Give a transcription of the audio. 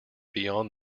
beyond